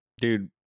Dude